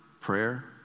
prayer